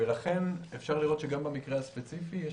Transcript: ולכן אפשר לראות שגם במקרה הספציפי יש